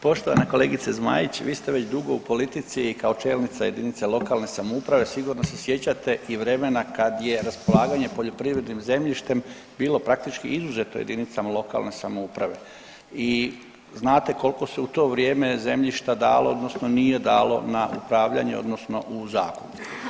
Poštovana kolegice Zmaić vi ste već dugo u politici i kao čelnica jedinice lokalne samouprave sigurno se sjećate i vremena kad je raspolaganje poljoprivrednim zemljištem bilo praktički izuzeto jedinicama lokalne samouprave i znate koliko se u to vrijeme zemljišta dalo odnosno nije dalo na upravljanje odnosno u zakup.